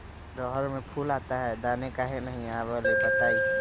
रहर मे फूल आता हैं दने काहे न आबेले बताई?